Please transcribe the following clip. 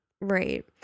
Right